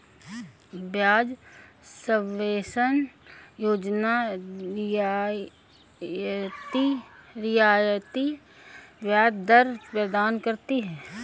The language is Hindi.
ब्याज सबवेंशन योजना रियायती ब्याज दर प्रदान करती है